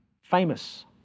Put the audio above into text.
famous